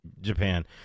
Japan